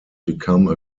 become